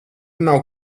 nav